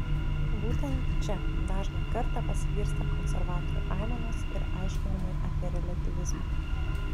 būtent čia dažną kartą pasigirsta konservatorių aimanos ir aiškinimai apie reliatyvizmą